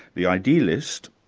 the idealist,